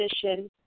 position